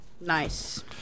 Nice